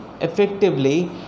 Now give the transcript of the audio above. effectively